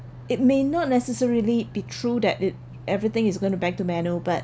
it may not necessarily be true that it everything is going to back to manual but